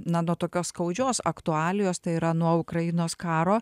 na nuo tokios skaudžios aktualijos tai yra nuo ukrainos karo